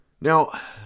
Now